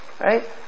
Right